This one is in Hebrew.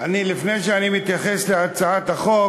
לפני שאני מתייחס להצעת החוק,